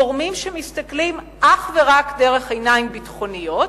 גורמים שמסתכלים אך ורק דרך עיניים ביטחוניות,